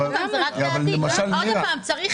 עכשיו, עוד פעם, זו רק דעתי.